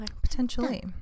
Potentially